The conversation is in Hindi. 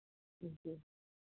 जी